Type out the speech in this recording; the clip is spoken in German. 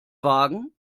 wagen